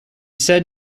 said